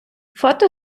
фото